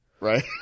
Right